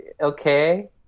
Okay